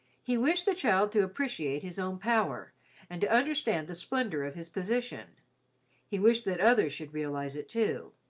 he wished the child to appreciate his own power and to understand the splendour of his position he wished that others should realise it too.